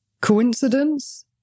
Coincidence